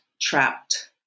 trapped